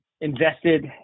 invested